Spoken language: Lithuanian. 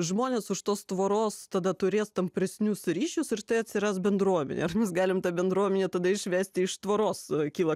žmonės už tos tvoros tada turės tampresnius ryšius ir tai atsiras bendruomenės mūsų galim tą bendruomenę tada išvesti iš tvoros kyla